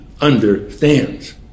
understands